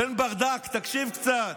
בן ברדק, תקשיב קצת.